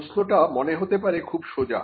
প্রশ্নটা মনে হতে পারে খুব সোজা